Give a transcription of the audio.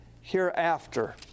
hereafter